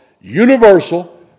universal